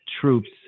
troops